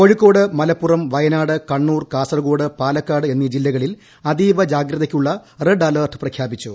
കോഴിക്കോട് മലപ്പുറം വയനാട് കണ്ണൂർ കാസർകോട് പാലക്കാട് എന്നീ ജില്ലകളിൽ അതീവ ജാഗ്രതയ്ക്കുള്ള റെഡ് അലേർട്ട് പ്രഖ്യാപിച്ചു